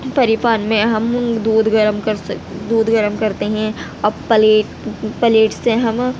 free pan میں ہم دودھ گرم کر سک دودھ گرم کرتے ہیں اور پلیٹ پلیٹ سے ہم